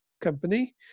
company